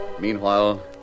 Meanwhile